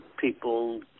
people